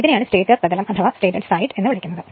ഇതിനെയാണ് സ്റ്റേറ്റർ പ്രതലം എന്ന് വിളിക്കുന്നത്